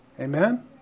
Amen